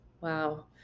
wow